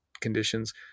conditions